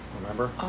remember